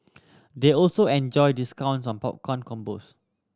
they also enjoy discounts on popcorn combos